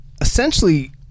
Essentially